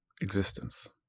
existence